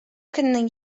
көннең